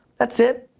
that's it,